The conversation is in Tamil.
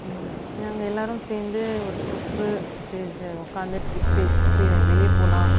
நாங்கள் எல்லாரும் சேர்ந்து ஒரு ட்ரிப்பு பேசு உக்காந்து ட்ரிப் பேசிகிட்டு வெளியே போகலாம்